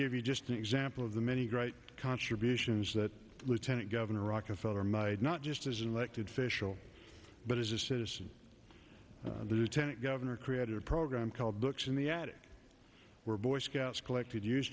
give you just the example of the many great contributions that lieutenant governor rockefeller made not just as an elected official but as a citizen lieutenant governor created a program called books in the attic where boy scouts collected use